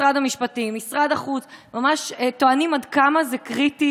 משרד המשפטים ומשרד החוץ ממש טוענים עד כמה זה קריטי